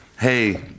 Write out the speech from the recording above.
hey